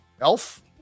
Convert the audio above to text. elf